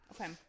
Okay